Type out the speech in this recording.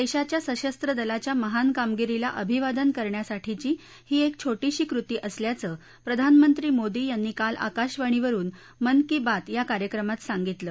देशोच्या सशस्त्र दलाच्या महान कामगिरीला अभिवादन करण्यासाठीची ही एक छोटीशी कृती असल्याचं प्रधानमंत्री मोदी यांनी काल आकाशवाणीवरुन मन की बात या कार्यक्रमात सांगितलं